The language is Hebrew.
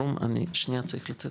אני שנייה צריך לצאת,